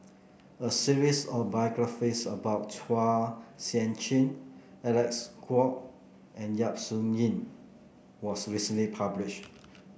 a series of biographies about Chua Sian Chin Alec Kuok and Yap Su Yin was recently published